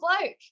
bloke